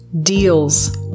deals